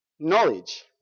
Knowledge